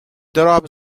drop